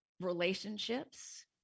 relationships